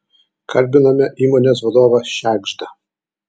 kalbinome įmonės vadovą šegždą